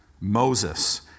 Moses